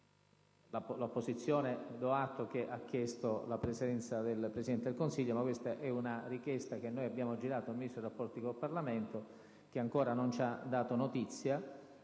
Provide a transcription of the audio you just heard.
l'opposizione ha chiesto la presenza del Presidente del Consiglio: si tratta di una richiesta che abbiamo girato al Ministro per i rapporti con il Parlamento, che ancora non ci ha dato notizia.